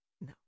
No